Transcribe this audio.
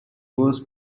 was